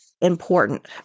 Important